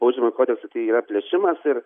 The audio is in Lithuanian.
baudžiamąjį kodeksą tai yra plėšimas ir